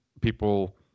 people